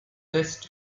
best